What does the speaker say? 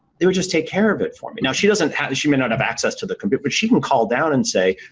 they would just take care of it for me. now she doesn't have she may not have access to the computer but she can call down and say,